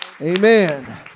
Amen